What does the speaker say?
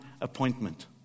appointment